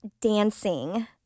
dancing